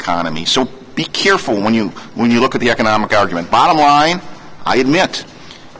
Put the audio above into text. economy so be careful when you when you look at the economic argument bottom line i admit